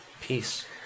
peace